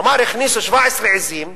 כלומר הכניסו 17 עזים,